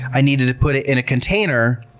i needed to put it in a container